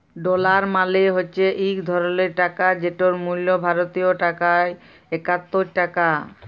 dollar মালে হছে ইক ধরলের টাকা যেটর মূল্য ভারতীয় টাকায় একাত্তর টাকা